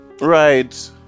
right